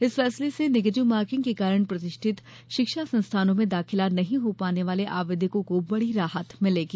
इस फैसले से निगेटिव मार्किंग के कारण प्रतिष्ठित शिक्षा संस्थानों में दाखिला नहीं पाने वाले आवेदकों को बड़ी राहत मिलेगी